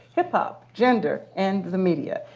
hip-hop, gender, and the media.